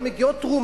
גם מגיעות תרומות,